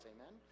Amen